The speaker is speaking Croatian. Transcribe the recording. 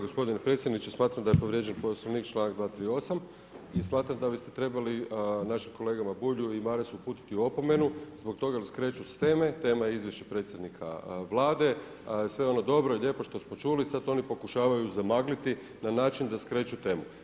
Gospodine predsjedniče, smatram da je povrijeđen Poslovnik, članak 238. i smatram da bi ste trebali našim kolegama Bulju i Marasu uputiti opomenu zbog toga jer skreću s teme, tema je Izvješće predsjednika Vlade i sve ono dobro i lijepo što smo čuli sad oni pokušavaju zamagliti na način da skreću temu.